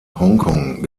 hongkong